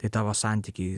tai tavo santykiai